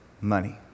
Money